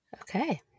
Okay